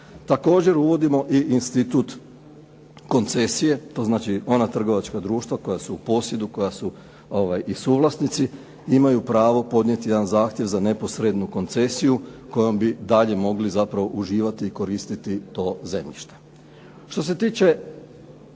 Također uvodimo i institut koncesije, to znači ona trgovačka društva koja su u posjedu, koja su i suvlasnici imaju pravo podnijeti jedan zahtjev za neposrednu koncesiju kojom bi dalje mogli zapravo uživati i koristiti to zemljište. Što se tiče